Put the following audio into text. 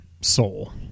soul